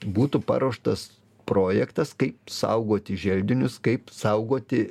būtų paruoštas projektas kaip saugoti želdinius kaip saugoti